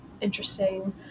interesting